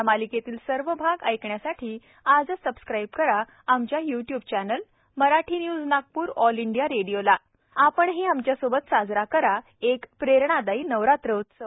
या मालिकेतील सर्व भाग ऐकण्यासाठी आजच सबस्क्राईब करा आमच्या YouTube channel Marathi news Nagpur All India Radio ला आपणही आमच्या सोबत साजरा करा एक प्रेरणादायी नवरात्र उत्सव